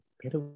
pero